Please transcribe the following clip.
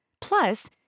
Plus